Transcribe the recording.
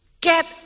get